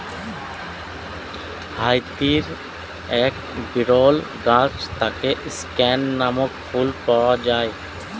হাইতির এক বিরল গাছ থেকে স্ক্যান নামক ফুল পাওয়া যায়